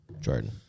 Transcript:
Jordan